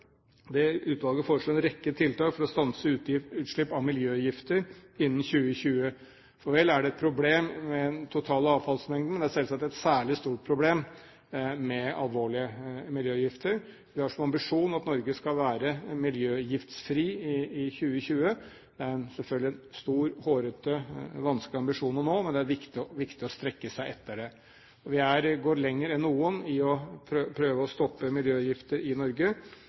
miljøgifter innen 2020. For vel er det et problem med den totale avfallsmengden, men det er selvsagt et særlig stort problem med alvorlige miljøgifter. Vi har som ambisjon at Norge skal være miljøgiftfri i 2020 – selvfølgelig en stor, hårete, vanskelig ambisjon å nå, men det er viktig å strekke seg etter det. Vi går lenger enn noen i å prøve å stoppe miljøgifter i Norge